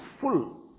full